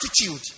attitude